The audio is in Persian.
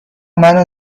منو